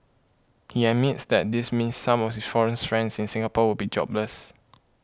he admits that this means some of his foreign friends in Singapore would be jobless